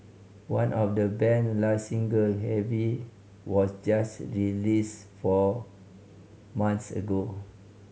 one of the band's last singles Heavy was just released four months ago